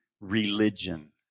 religion